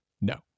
No